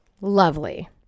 Lovely